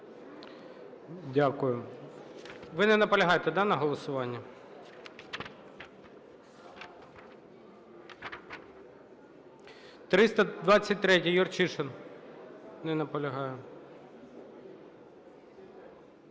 Дякую. Ви не наполягаєте, да, на голосуванні? 323-я, Юрчишин. Не наполягає.